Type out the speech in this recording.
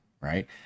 right